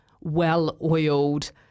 well-oiled